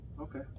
Okay